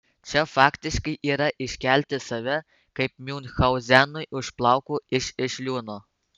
čia faktiškai yra iškelti save kaip miunchauzenui už plaukų iš iš liūno